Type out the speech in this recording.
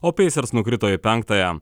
o peisers nukrito į penktąją